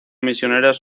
misioneros